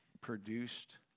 produced